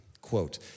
Quote